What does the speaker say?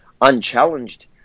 unchallenged